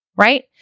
right